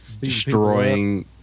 destroying